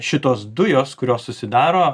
šitos dujos kurios susidaro